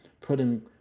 putting